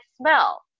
smell